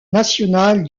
national